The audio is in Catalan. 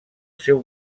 seu